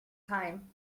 time